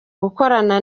gukorana